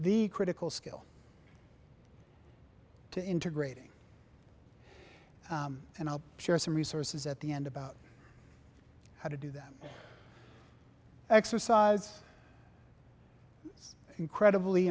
the critical skill to integrating and i'll share some resources at the end about how to do that exercise is incredibly